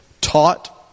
taught